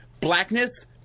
blackness